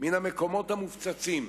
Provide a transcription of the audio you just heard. מן המקומות המופצצים.